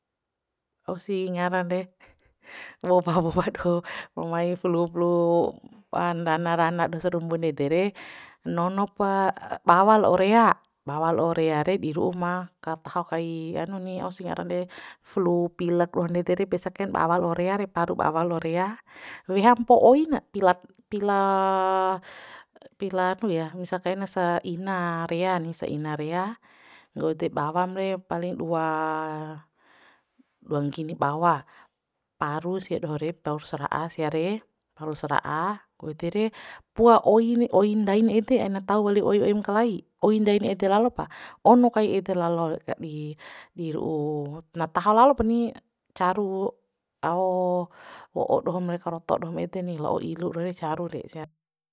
Au sih ngaran re wowa wowa doho mai flu flu rana doho sarumbu ndede re nono pa bawa la'o rea, bawa la'o rea re di ru'u ma kataho kai hanu ni ausi ngaran re flu pilek doho ndede re biasa kain bawa la'o rea re paru bawa la'o rea weha mpo oi na pila pila pila nu ya misa kaina sa ina rea ni saina rea nggo ede bawam re paling dua dua nggini bawa paru sia doho re tausa ra'a sia re paru sara'a nggo ede re pua oin oi ndain ede aina tau wali oi oi ma kalai oi ndain ede lalo pa ono kai ede lalo ngadi di ru'u na taho lalopa ni caru ao wo'o dohom re karoto dohom ede ni la'o ilu re caru re sia